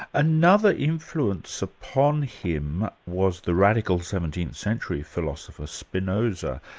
another influence upon him was the radical seventeenth century philosopher, spinoza.